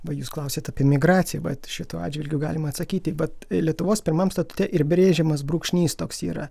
va jus klausėt apie emigraciją vat šituo atžvilgiu galima atsakyti bet lietuvos pirmam statute ir brėžiamas brūkšnys toks yra